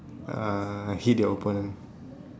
uh hit your opponent